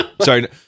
Sorry